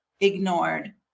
ignored